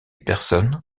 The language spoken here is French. personnes